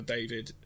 David